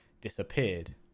disappeared